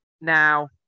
Now